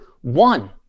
one